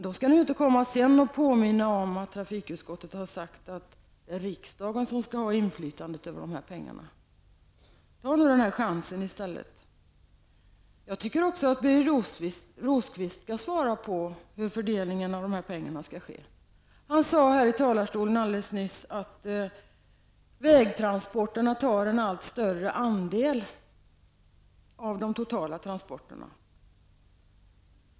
Då skall ni inte komma sedan och påminna om att trafikutskottet har sagt att det är riksdagen som skall ha inflytande över pengarna. Ta nu denna chans! Jag tycker också att Birger Rosqvist skall svara på hur fördelningen av pengarna skall ske. Rosqvist sade nyss i talarstolen att vägtransporterna tar en allt större andel av de totala transporterna.